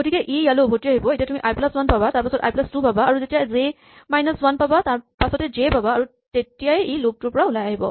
গতিকে ই ইয়ালৈ উভতি আহিব এতিয়া তুমি আই প্লাচ ৱান পাবা তাৰপাছত আই প্লাচ টু পাবা আৰু যেতিয়া জে মাইনাচ ৱান পাবা তাৰপাছতে জে পাবা আৰু তেতিয়াই ই লুপ টোৰ পৰা ওলাই আহিব